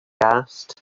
asked